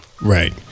Right